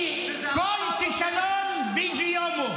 כי כל כישלון ביג'י יומו.